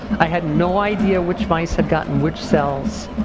i had no idea which mice had gotten which cells.